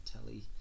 telly